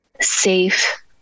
safe